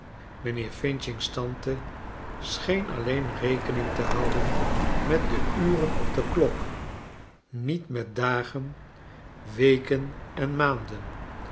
mijnheer f's tante scheen alleen rekening te houden met de uren op de klok niet met dagen weken en maanden